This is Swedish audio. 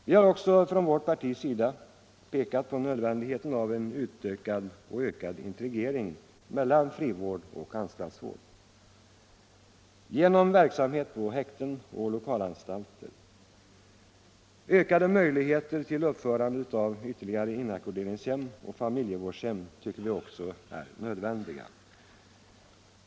Vi har också från vårt partis sida pekat på nödvändigheten av en ökad integrering mellan frivård och anstaltsvård genom verksamhet på häkten och lokalanstalter. Ökade möjligheter till uppförande av ytterligare in 17 ackorderingshem och familjevårdshem tycker vi också är nödvändiga.